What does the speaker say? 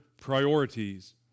priorities